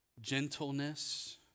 gentleness